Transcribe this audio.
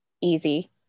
easy